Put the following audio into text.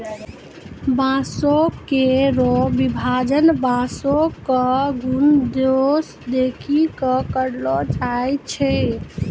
बांसों केरो विभाजन बांसों क गुन दोस देखि कॅ करलो जाय छै